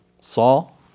Saul